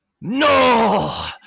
no